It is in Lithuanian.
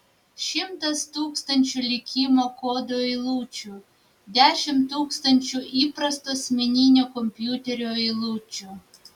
šimtas tūkstančių likimo kodo eilučių dešimt tūkstančių įprasto asmeninio kompiuterio eilučių